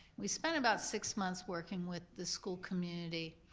we spent about six months working with the school community.